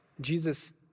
Jesus